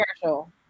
commercial